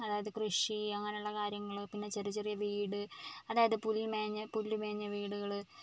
അതായത് കൃഷി അങ്ങനെയുള്ള കാര്യങ്ങൾ പിന്നെ ചെറിയ ചെറിയ വീട് അതായത് പുൽ മേഞ്ഞ പുല്ല് മേഞ്ഞ വീടുകൾ